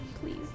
please